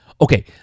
Okay